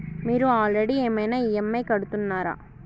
మీరు ఆల్రెడీ ఏమైనా ఈ.ఎమ్.ఐ కడుతున్నారా?